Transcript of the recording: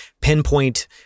pinpoint